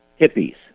hippies